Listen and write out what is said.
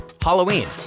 Halloween